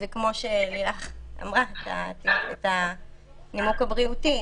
כמו שלילך אמרה את הנימוק הבריאותי